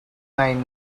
nine